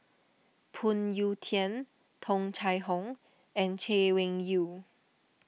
Phoon Yew Tien Tung Chye Hong and Chay Weng Yew